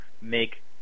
make